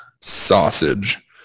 Sausage